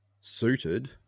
suited